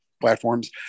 platforms